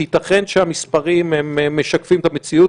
כי ייתכן שהמספרים משקפים את המציאות